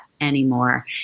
anymore